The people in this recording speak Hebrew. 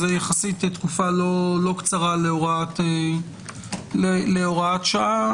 זאת יחסית תקופה לא קצרה להוראת שעה,